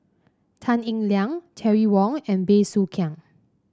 Tan Eng Liang Terry Wong and Bey Soo Khiang